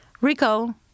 Rico